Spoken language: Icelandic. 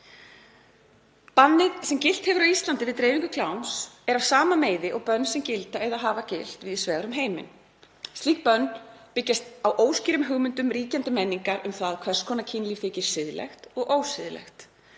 Bannið sem gilt hefur á Íslandi við dreifingu kláms er af sama meiði og bönn sem gilda eða hafa gilt víðs vegar um heiminn. Slík bönn byggjast á óskýrum hugmyndum ríkjandi menningar um hvers konar kynlíf þykir siðlegt eða ósiðlegt.